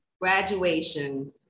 Graduation